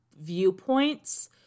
viewpoints